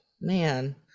Man